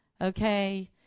okay